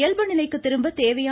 இயல்பு நிலைக்கு திரும்ப தேவையான